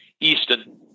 Easton